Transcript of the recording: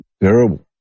terrible